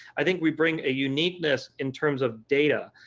i think we bring a uniqueness in terms of data,